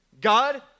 God